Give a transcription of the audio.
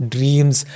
Dreams